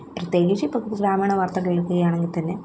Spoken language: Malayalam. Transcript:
പ്രത്യേകിച്ച് ഇപ്പോൾ ഗ്രാമീണ വാർത്തകൾ എടുക്കുകയാണെങ്കിൽ തന്നെ